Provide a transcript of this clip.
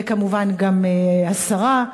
וכמובן גם השרה,